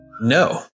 No